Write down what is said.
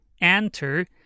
enter